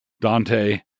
Dante